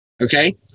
okay